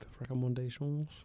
recommendations